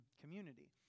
Community